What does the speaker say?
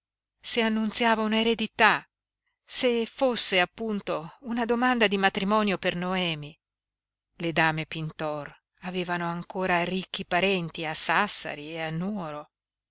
se annunziava una eredità se fosse appunto una domanda di matrimonio per noemi le dame pintor avevano ancora ricchi parenti a sassari e a nuoro